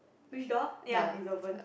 which door ya it's opened